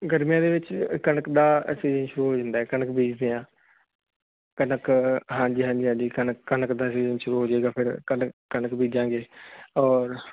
ਗਰਮੀਆਂ ਦੇ ਵਿੱਚ ਕਣਕ ਦਾ ਅਸੀਂ ਸ਼ੋ ਹੋ ਜਾਂਦਾ ਕਣਕ ਬੀਜਦੇ ਆ ਪਹਿਲਾਂ ਕ ਹਾਂਜੀ ਹਾਂਜੀ ਕਣਕ ਦਾ ਸੀਜ਼ਨ ਸ਼ੁਰੂ ਹੋ ਜਾਏਗਾ ਫਿਰ ਕਣਕ ਬੀਜਾਂਗੇ ਔਰ